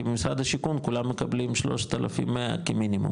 כי במשרד השיכון כולם מקבלים 3,100 כמינימום,